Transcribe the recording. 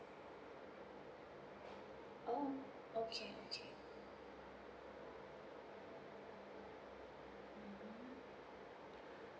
oh okay okay